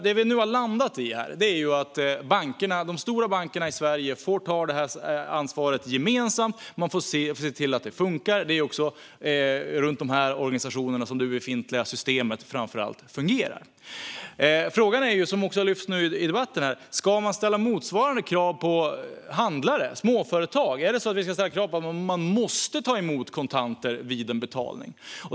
Det vi nu har landat i är att de stora bankerna i Sverige får ta detta ansvar gemensamt och se till att det funkar. Det är också runt dessa organisationer som det befintliga systemet framför allt fungerar. Frågan är - och den har också lyfts här i debatten - om man ska ställa motsvarande krav på handlare, på småföretag. Ska vi kräva att de måste ta emot kontanter vid en betalning?